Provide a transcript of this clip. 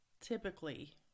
typically